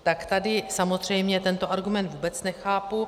Tak tady samozřejmě tento argument vůbec nechápu.